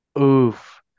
Oof